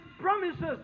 promises